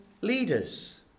leaders